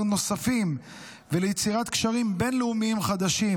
נוספים וליצירת קשרים בין-לאומיים חדשים,